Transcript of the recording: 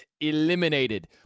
eliminated